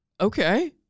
Okay